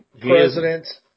president